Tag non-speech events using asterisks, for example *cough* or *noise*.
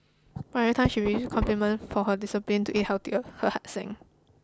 but every time she received *noise* compliments for her discipline to eat healthily her heart sank